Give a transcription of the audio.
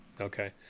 Okay